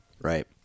right